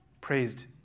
praised